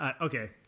okay